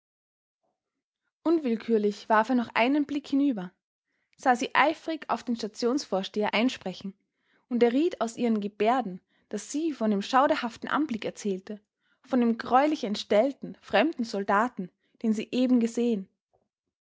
unwillkürlich warf er noch einen blick hinüber sah sie eifrig auf den stationsvorsteher einsprechen und erriet aus ihren geberden daß sie von dem schauderhaften anblick erzählte von dem greulich entstellten fremden soldaten den sie eben gesehen